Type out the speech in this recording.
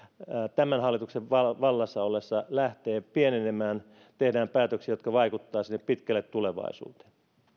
tämän hallituksen vallassa ollessa lähtee pienenemään ja tehdään päätöksiä jotka vaikuttavat sinne pitkälle tulevaisuuteen